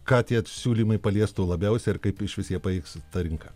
ką tie siūlymai paliestų labiausia ir kaip išvis jie baigs tą rinką